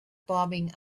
bobbing